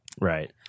Right